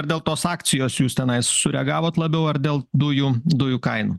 ar dėl tos akcijos jūs tenais sureagavot labiau ar dėl dujų dujų kainų